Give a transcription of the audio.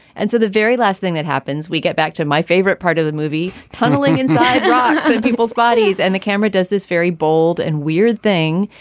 and so the very last thing that happens, we get back to my favorite part of the movie, tunneling inside people's bodies. and the camera does this very bold and weird thing.